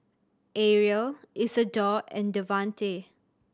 Ariel Isadore and Davante